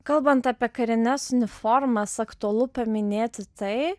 kalbant apie karines uniformas aktualu paminėti tai